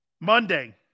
Monday